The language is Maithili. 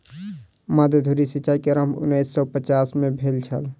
मध्य धुरी सिचाई के आरम्भ उन्नैस सौ पचास में भेल छल